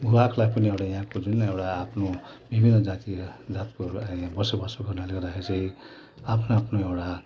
भूभागलाई पनि एउटा यहाँको जुन एउटा आफ्नो विभिन्न जाति र जातको एउटा यहाँ बसोबासो हुनाले गर्दाखेरि चाहिँ आफ्नो आफ्नो एउटा